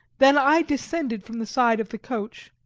then i descended from the side of the coach,